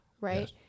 right